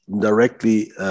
directly